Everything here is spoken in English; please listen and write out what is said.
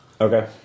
Okay